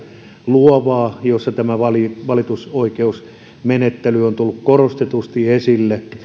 luovaa jossa tämä valitusoikeusmenettely on tullut korostetusti esille